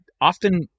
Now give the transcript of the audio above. often